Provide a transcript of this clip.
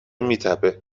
میتپه